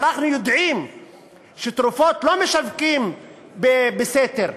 אנחנו יודעים שתרופות לא משווקים בסתר.